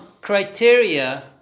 criteria